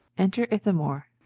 enter ithamore.